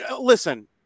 listen